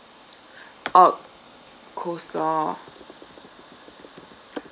oh coleslaw